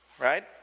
Right